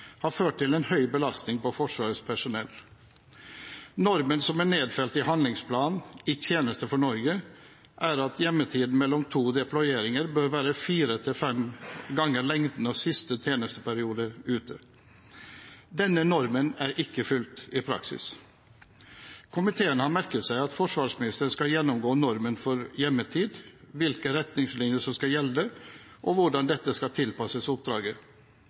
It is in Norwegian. har ført til en høy belastning på Forsvarets personell. Normen som er nedfelt i handlingsplanen «I tjeneste for Norge», er at hjemmetiden mellom to deployeringer bør være fire–fem ganger lengden av siste tjenesteperiode ute. Denne normen er ikke fulgt i praksis. Komiteen har merket seg at forsvarsministeren skal gjennomgå normen for hjemmetid, hvilke retningslinjer som skal gjelde, og hvordan dette skal tilpasses oppdraget.